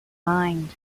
mind